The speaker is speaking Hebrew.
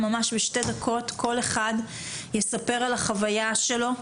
כל אחד יספר על החוויה שלו,